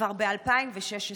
כבר ב-2016.